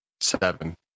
seven